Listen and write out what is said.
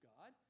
God